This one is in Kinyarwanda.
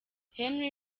henri